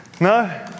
No